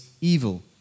evil